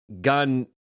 gun